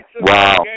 Wow